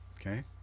okay